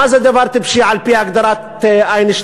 מה זה דבר טיפשי על-פי הגדרת איינשטיין?